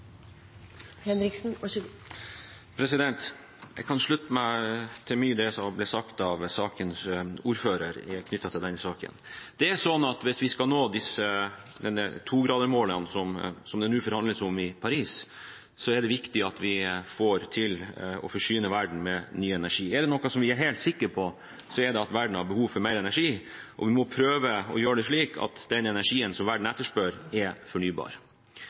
Jeg kan slutte meg til mye av det som ble sagt av sakens ordfører knyttet til denne saken. Det er sånn at hvis vi skal nå dette togradersmålet som det nå forhandles om i Paris, er det viktig at vi klarer å forsyne verden med ny energi. Er det noe vi er helt sikre på, er det at verden har behov for mer energi. Vi må prøve å gjøre det slik at den energien som verden etterspør, er fornybar.